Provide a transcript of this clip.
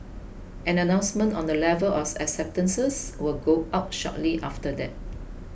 an announcement on the level of acceptances will go out shortly after that